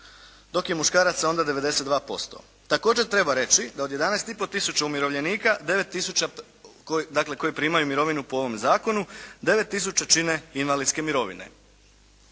dok je muškaraca onda 92%. Također treba reći da od 11 i pol tisuća umirovljenika 9 tisuća, dakle koji primaju mirovinu po ovome zakonu, 9 tisuća čine invalidske mirovine.